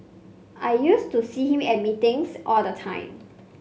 I used to see him at meetings all the time